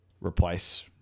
replace